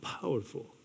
powerful